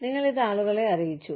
നിങ്ങൾ ഇത് ആളുകളെ അറിയിച്ചു